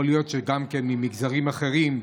יכול להיות שגם ממגזרים אחרים,